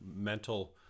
mental